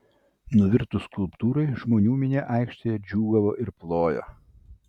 nuvirtus skulptūrai žmonių minia aikštėje džiūgavo ir plojo